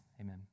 Amen